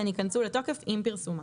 הן ייכנסו לתוקף עם פרסומן).